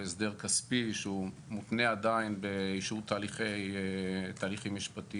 הסדר שהוא מותנה עדיין באישור תהליכיים משפטיים,